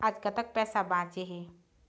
आज कतक पैसा बांचे हे?